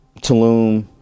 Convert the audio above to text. Tulum